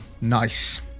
Nice